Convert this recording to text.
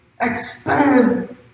Expand